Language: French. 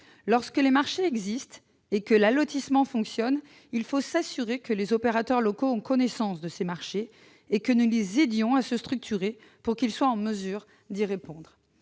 Lorsque les marchés existent et que l'allotissement fonctionne, il faut s'assurer que les opérateurs locaux ont connaissance de ces marchés et les aider à se structurer pour qu'ils soient en mesure d'y répondre.